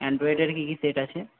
অ্যান্ড্রয়েডের কি কি সেট আছে